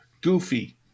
Goofy